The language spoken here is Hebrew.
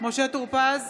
משה טור פז,